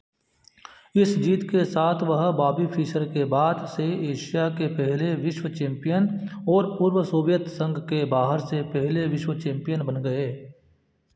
इस जीत के साथ वह बॉबी फिशर के बाद से एशिया के पहले विश्व चैंपियन और पूर्व सोवियत संघ के बाहर से पहले विश्व चैंपियन बन गए